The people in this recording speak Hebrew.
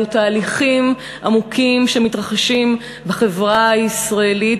אלו תהליכים עמוקים שמתרחשים בחברה הישראלית,